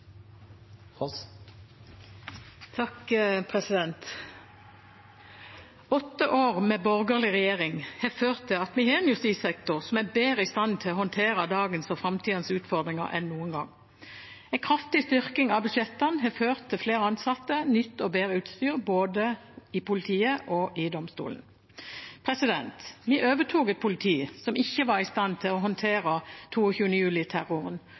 Åtte år med borgerlig regjering har ført til at vi har en justissektor som er bedre i stand til å håndtere dagens og framtidas utfordringer enn noen gang. En kraftig styrking av budsjettene har ført til flere ansatte og nytt og bedre utstyr i både politiet og domstolene. Vi overtok et politi som ikke var i stand til å håndtere